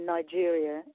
Nigeria